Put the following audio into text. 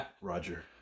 Roger